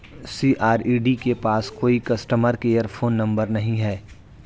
CRED के पास कोई कस्टमर केयर फोन नंबर नहीं है